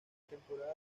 temporada